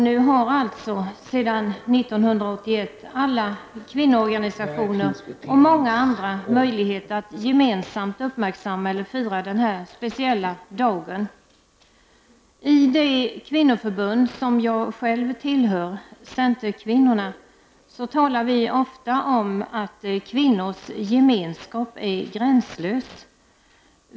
Nu har alltså, sedan 1981, alla kvinnoorganisationer och många andra möjligheter att gemensamt uppmärksamma eller fira denna speciella dag. I det kvinnoförbund som jag själv tillhör, centerkvinnorna, talar vi ofta om att kvinnors gemenskap är gränslös.